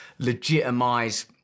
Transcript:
legitimise